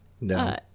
No